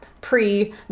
pre